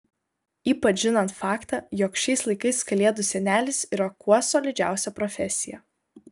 ypač žinant faktą jog šiais laikais kalėdų senelis yra kuo solidžiausia profesija